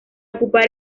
ocupar